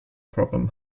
problem